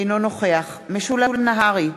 אינו נוכח משולם נהרי,